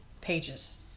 pages